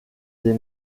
des